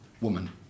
woman